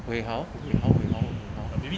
wei hao wei hao wei hao wei hao